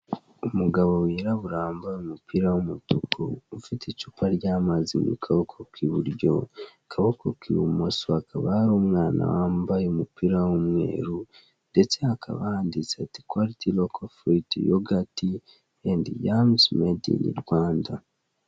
Umugabo wirabura wambaye umupira w'umutuku ufite icupa ry'amazi mukaboko k'iburyo, akabako k'ibumoso hakaba hari umwana wambaye umupira w'umweru ndetse hakaba handitse ati kwariti roko furuwiti yogati endi yamuzi medi ini rwanda.